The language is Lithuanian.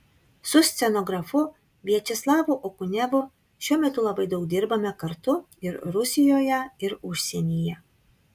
su scenografu viačeslavu okunevu šiuo metu labai daug dirbame kartu ir rusijoje ir užsienyje